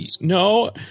no